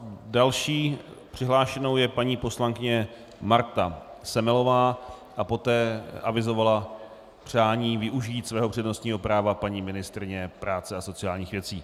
Další přihlášenou je paní poslankyně Marta Semelová a poté avizovala přání využít svého přednostního práva paní ministryně práce a sociálních věcí.